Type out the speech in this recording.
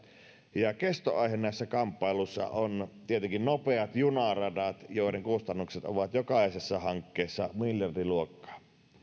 ja kestoaihe näissä kamppailuissa on tietenkin nopeat junaradat joiden kustannukset ovat jokaisessa hankkeessa miljardiluokkaa